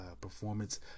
performance